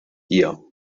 dir